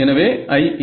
எனவே IA